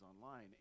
online